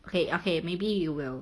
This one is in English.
okay okay maybe you will